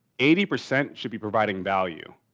eighty percent should be providing value.